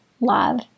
love